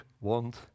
want